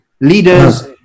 leaders